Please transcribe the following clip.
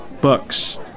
books